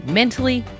mentally